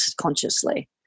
consciously